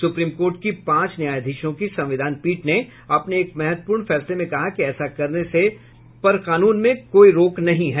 supreme court की पांच न्यायाशीधों की संविधान पीठ ने अपने एक महत्वपूर्ण फैसले में कहा कि ऐसा करने पर कानून में कोई रोक नहीं हैं